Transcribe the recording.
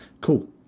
cool